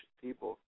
people